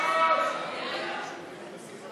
תקציבי 29, משרד